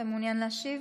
אתה מעוניין להשיב?